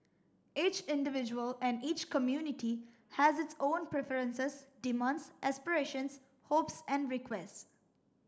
each individual and each community has its own preferences demands aspirations hopes and requests